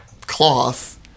cloth